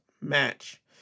match